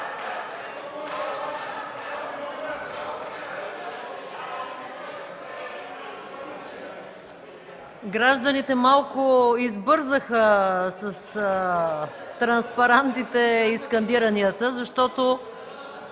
Гражданите малко избързаха с транспарантите и скандиранията, защото